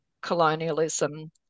colonialism